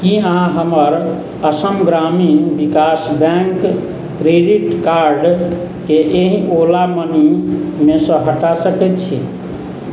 की अहाँ हमर Assam Gramin Vikas bank credit कार्डकेँ एहि ओला मनीमेसँ हटा सकैत छी